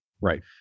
Right